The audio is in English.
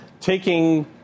taking